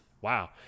wow